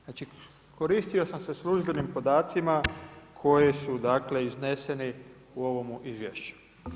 Znači koristio sam se službenim podacima koji su dakle izneseni u ovome izvješću.